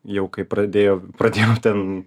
jau kai pradėjo pradėjau ten